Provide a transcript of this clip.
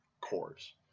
cores